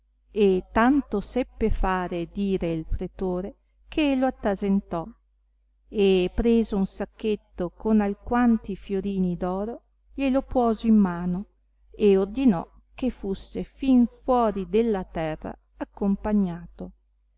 e tanto seppe fare e dire il pretore che lo attasentò e preso un sacchetto con alquanti fiorini d'oro glielo puoso in mano e ordinò che fusse fin fuori della terra accompagnato